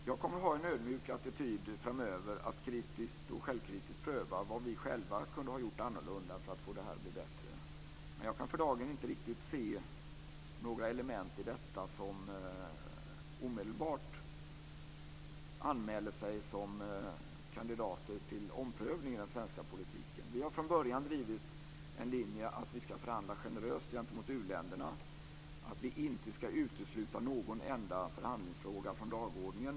Herr talman! Jag kommer att ha en ödmjuk attityd framöver och kritiskt och självkritiskt pröva vad vi själva kunde ha gjort annorlunda för att få detta att bli bättre. Man jag kan för dagen inte riktigt se några element i detta som omedelbart anmäler sig som kandidater till omprövning i den svenska politiken. Vi har från början drivit en linje att vi ska förhandla generöst gentemot u-länderna och att vi inte ska utesluta någon enda förhandlingsfråga från dagordningen.